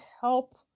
help